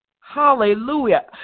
Hallelujah